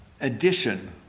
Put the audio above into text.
addition